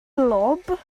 lob